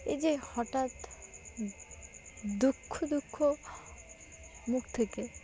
এই যে হঠাৎ দুঃখ দুঃখ মুখ থেকে